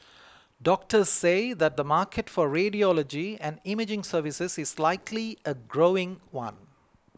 doctors say that the market for radiology and imaging services is likely a growing one